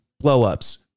Blow-ups